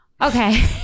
Okay